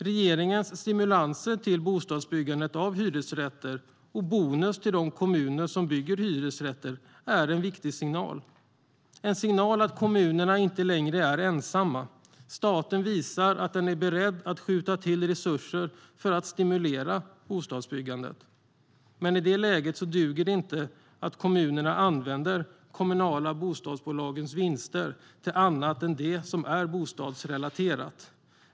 Regeringens stimulanser till byggandet av hyresrätter, och bonus till de kommuner som bygger hyresrätter, är en viktig signal - en signal om att kommunerna inte längre är ensamma. Staten visar att den är beredd att skjuta till resurser för att stimulera bostadsbyggandet. Men i det läget duger det inte att kommuner använder de kommunala bostadsbolagens vinster till annat än det som är bostadsrelaterat.